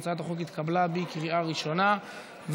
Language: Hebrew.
התשע"ח 2018,